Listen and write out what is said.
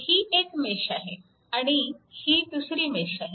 ही एक मेश आहे आणि ही दुसरी मेश आहे